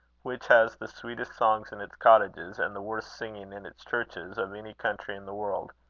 which has the sweetest songs in its cottages, and the worst singing in its churches, of any country in the world.